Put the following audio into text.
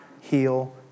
heal